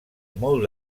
molt